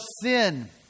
sin